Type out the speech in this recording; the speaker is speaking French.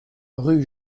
rue